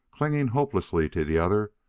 clinging hopelessly to the other,